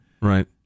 Right